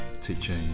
teaching